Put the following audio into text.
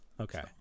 Okay